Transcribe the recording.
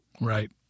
Right